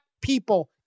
people